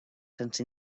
sense